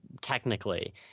technically